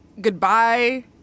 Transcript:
goodbye